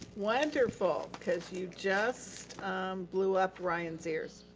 wonderful. cause you just blew up ryan's ears.